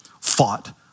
fought